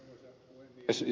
ja ed